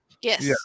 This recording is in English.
Yes